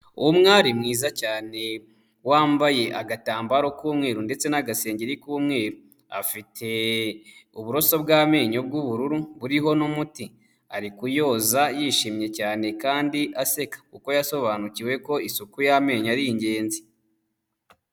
Umwari mwiza cyane wambaye agatambaro k'umweru ndetse n'agasengeri k'umweru, afite uburoso bw'amenyo bw'ubururu buriho n'umuti, ari kuyoza yishimye cyane kandi aseka kuko yasobanukiwe ko isuku y'amenyo ari ingenzi.